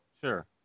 Sure